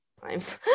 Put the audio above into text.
times